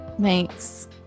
Thanks